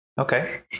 Okay